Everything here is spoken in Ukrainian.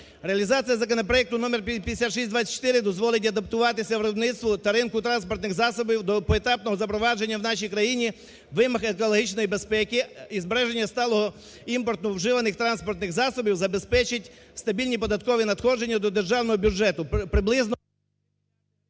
Реалізація законопроекту номер 5624 дозволить адаптуватися виробництву та ринку транспортних засобів до поетапного запровадження в нашій країні вимог екологічної безпеки і збереження сталого імпорту вживаних транспортних засобів, забезпечить стабільні податкові надходження до Державного бюджету